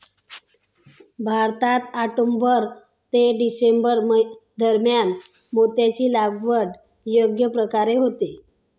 भारतात ऑक्टोबर ते डिसेंबर दरम्यान मोत्याची लागवड योग्य प्रकारे होते